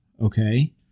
okay